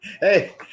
hey